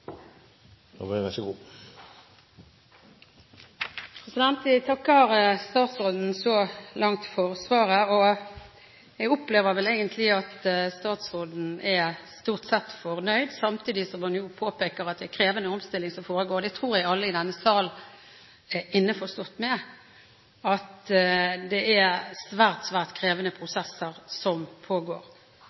for svaret så langt. Jeg opplever vel egentlig at statsråden stort sett er fornøyd, samtidig som hun påpeker at det er en krevende omstilling som foregår. Jeg tror alle i denne sal er innforstått med at det er svært krevende prosesser som pågår.